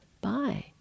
bye